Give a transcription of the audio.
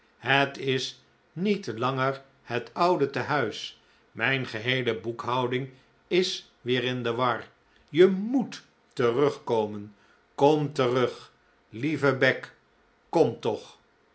het is niet langer het oude tehuis mijn geheele boekhouding is weer in de war je moet terugkomen kom terug lieve beck kom toch